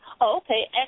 Okay